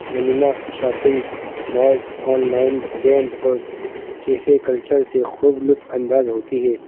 cinema shopping malls online games اور cafe culture سے خوب لطف اندوز ہوتی ہے